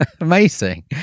amazing